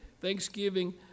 thanksgiving